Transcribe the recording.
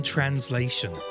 Translation